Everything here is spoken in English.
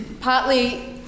Partly